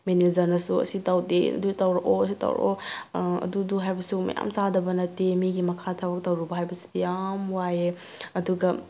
ꯃꯦꯅꯦꯖꯔꯅꯁꯨ ꯑꯁꯤ ꯇꯧꯗꯦ ꯑꯗꯨ ꯇꯧꯔꯛꯑꯣ ꯑꯗꯨ ꯇꯧꯔꯛꯑꯣ ꯑꯗꯨ ꯑꯗꯨ ꯍꯥꯏꯕꯁꯨ ꯃꯌꯥꯝ ꯆꯥꯗꯕ ꯅꯠꯇꯦ ꯃꯤꯒꯤ ꯃꯈꯥꯗ ꯊꯕꯛ ꯇꯧꯔꯨꯕ ꯍꯥꯏꯕꯁꯤꯗꯤ ꯌꯥꯝ ꯋꯥꯏꯑꯦ ꯑꯗꯨꯒ